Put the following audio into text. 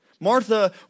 Martha